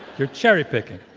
you're cherry-picking.